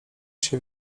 się